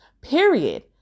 period